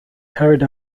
carried